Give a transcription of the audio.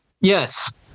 Yes